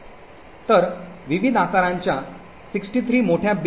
तर विविध आकारांच्या 63 मोठ्या बीन्स देखील आहेत